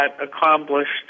accomplished